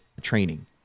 training